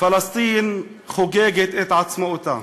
פלסטין חוגגת את עצמאותה,